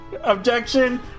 Objection